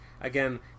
Again